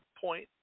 point